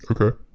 Okay